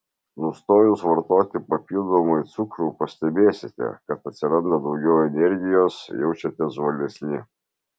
nustojus vartoti papildomai cukrų pastebėsite kad atsiranda daugiau energijos jaučiatės žvalesni